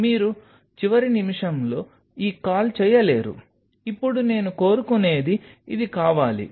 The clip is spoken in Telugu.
మీరు చివరి నిమిషంలో ఈ కాల్ చేయలేరు ఇప్పుడు నేను కోరుకునేది ఇది కావాలి